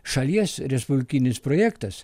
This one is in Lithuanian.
šalies respublikinis projektas